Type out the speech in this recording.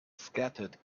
scattered